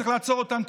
צריך לעצור אותם,